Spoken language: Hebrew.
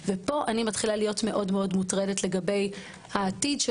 ופה אני מתחילה להיות מאוד מוטרדת לגבי העתיד של